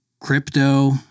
Crypto